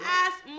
ass